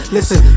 Listen